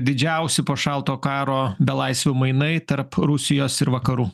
didžiausi po šaltojo karo belaisvių mainai tarp rusijos ir vakarų